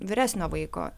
vyresnio vaiko